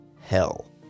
hell